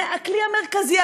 זה הכלי המרכזי.